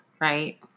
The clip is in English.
right